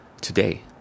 today